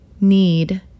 need